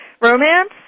romance